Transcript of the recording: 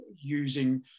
using